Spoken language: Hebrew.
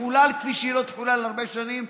תחולל כפי שהיא לא תחולל הרבה שנים.